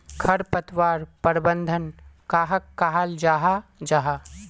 खरपतवार प्रबंधन कहाक कहाल जाहा जाहा?